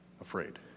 afraid